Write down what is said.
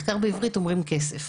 מחקר בעברית זה כסף.